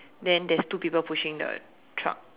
then there's two people pushing the truck